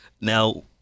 Now